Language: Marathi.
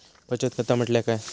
बचत खाता म्हटल्या काय?